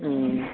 ꯎꯝ